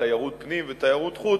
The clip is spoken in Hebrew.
ותיירות פנים ותיירות חוץ,